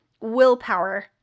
willpower